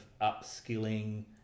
upskilling